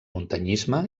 muntanyisme